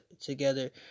together